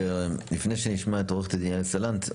לפני שנשמע את עו"ד יעל סלנט,